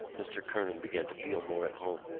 mr. kernan began to feel more at home.